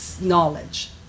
knowledge